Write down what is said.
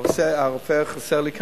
הרופא חסר לי כאן,